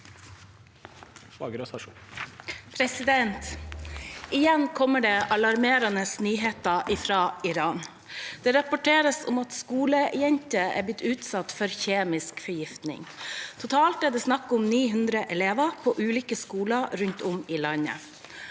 «Igjen kommer det alarmerende nyheter fra Iran. Det rapporteres om at skolejenter blir utsatt for forgiftning! Totalt er det snakk om 900 elever på ulike skoler rundt om i landet.